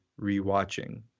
rewatching